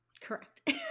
correct